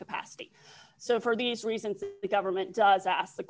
capacity so for these reasons the government does ask the